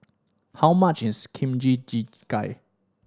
how much is Kimchi Jjigae